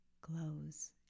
glows